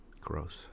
Gross